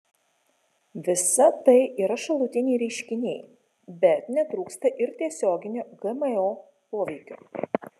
visa tai yra šalutiniai reiškiniai bet netrūksta ir tiesioginio gmo poveikio